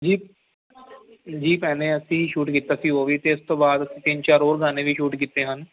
ਜੀ ਜੀ ਭੈਣੇ ਅਸੀਂ ਸ਼ੂਟ ਕੀਤਾ ਸੀ ਉਹ ਵੀ ਅਤੇ ਉਸ ਤੋਂ ਬਾਅਦ ਤਿੰਨ ਚਾਰ ਹੋਰ ਗਾਣੇ ਵੀ ਸ਼ੂਟ ਕੀਤੇ ਹਨ